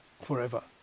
forever